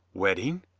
wedding?